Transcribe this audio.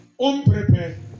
unprepared